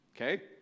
Okay